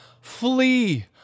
Flee